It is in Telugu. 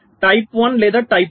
టైప్ 1 లేదా టైప్ 2